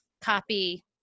copy